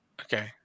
Okay